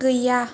गैया